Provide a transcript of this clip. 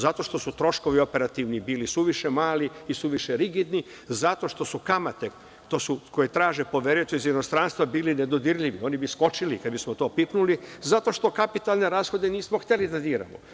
Zato što su troškovi operativni bili suviše mali i suviše rigidni, zato što su kamate, koje traže poverioci iz inostranstva bili nedodirljivi, oni bi skočili kada bi smo to pipnuli, zato što kapitalne rashode nismo hteli da diramo.